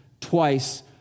twice